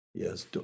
Yes